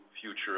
future